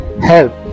help